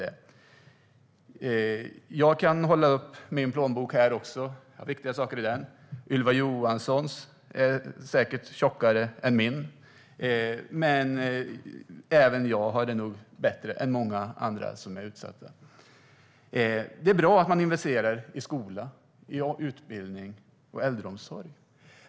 Jag skulle också kunna hålla upp min plånbok. Jag har viktiga saker i den. Ylva Johanssons är säkert tjockare än min, men även jag har det nog bättre än många andra. Det är bra att ni investerar i skola, utbildning och äldreomsorg.